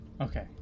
Okay